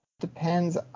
depends